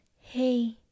hey